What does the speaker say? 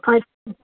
अच्छा